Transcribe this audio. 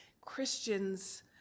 Christians